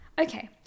Okay